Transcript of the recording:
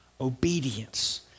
obedience